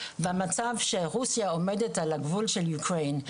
במצב שרוסיה עומדת על הגבול של אוקראינה,